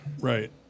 right